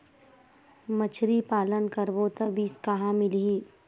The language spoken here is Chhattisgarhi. मछरी पालन करबो त बीज कहां मिलही?